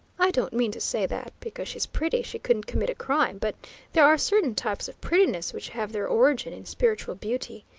i don't mean to say that because she's pretty she couldn't commit a crime, but there are certain types of prettiness which have their origin in spiritual beauty,